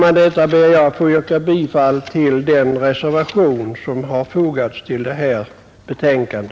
Med detta ber jag att få yrka bifall till den reservation som har fogats till detta betänkande.